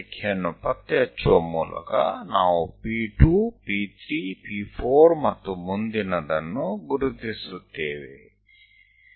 તો લીટીથી લીટી આપણે ઓળખીશું અને પછી P2 P3 P4 અને આગળનું બિંદુ દર્શાવીશું